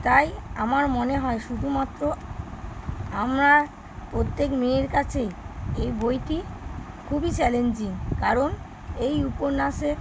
তাই আমার মনে হয় শুধুমাত্র আমরা প্রত্যেক মেয়ের কাছেই এই বইটি খুবই চ্যালেঞ্জিং কারণ এই উপন্যাসে